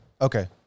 Okay